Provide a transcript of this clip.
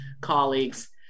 colleagues